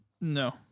No